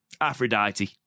Aphrodite